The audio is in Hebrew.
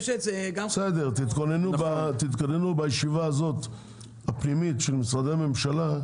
תתכוננו, בישיבה הפנימית הזו, של משרדי הממשלה,